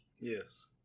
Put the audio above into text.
Yes